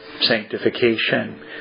sanctification